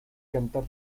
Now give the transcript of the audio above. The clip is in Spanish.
cantar